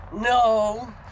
No